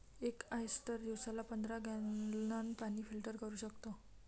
एक ऑयस्टर दिवसाला पंधरा गॅलन पाणी फिल्टर करू शकतो